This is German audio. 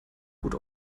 gut